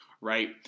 right